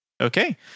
Okay